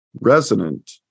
resonant